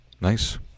Nice